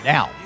Now